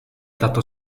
tato